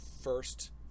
first